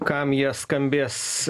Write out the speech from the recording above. kam jie skambės